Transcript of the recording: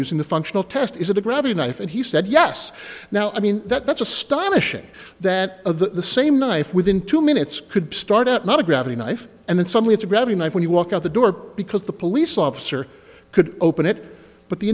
using the functional test is it a grab a knife and he said yes now i mean that's a eilish in that the same knife within two minutes could start out not a gravity knife and then suddenly it's a grab a knife when you walk out the door because the police officer could open it but the